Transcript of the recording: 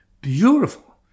beautiful